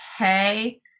okay